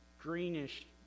greenish